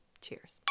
Cheers